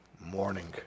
morning